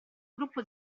gruppo